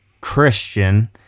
Christian